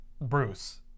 Bruce